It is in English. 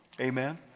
Amen